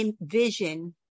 vision